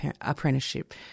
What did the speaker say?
apprenticeship